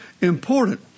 important